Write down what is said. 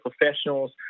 professionals